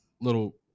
little